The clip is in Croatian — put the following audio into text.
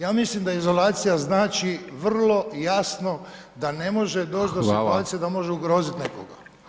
Ja mislim da izolacija znači vrlo jasno da ne može doći do situacije [[Upadica: Hvala.]] da može ugroziti nekoga.